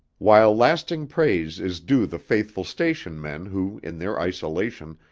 while lasting praise is due the faithful station men who, in their isolation,